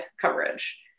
coverage